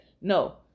No